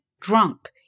drunk